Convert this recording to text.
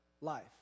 life